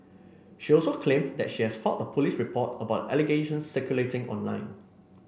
she also claimed that she has filed a police report about the allegations circulating online